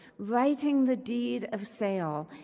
writing the deed of sale,